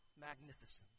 magnificence